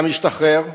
אתה משתחרר,